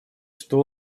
что